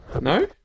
No